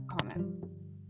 comments